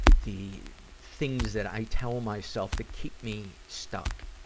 the things that i tell myself that keep me stuck?